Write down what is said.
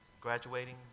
graduating